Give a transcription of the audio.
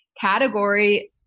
category